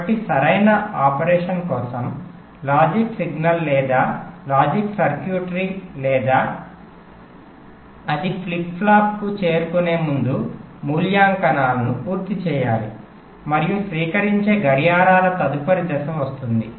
కాబట్టి సరైన ఆపరేషన్ కోసం లాజిక్ సిగ్నల్ లేదా లాజిక్ సర్క్యూట్రీ లేదా అది ఫ్లిప్ ఫ్లాప్కు చేరుకునే ముందు మూల్యాంకనాలను పూర్తి చేయాలి మరియు స్వీకరించే గడియారాల తదుపరి దశ వస్తుంది